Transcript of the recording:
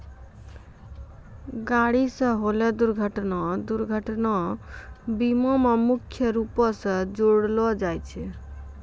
गाड़ी से होलो दुर्घटना दुर्घटना बीमा मे मुख्य रूपो से जोड़लो जाय छै